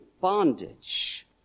bondage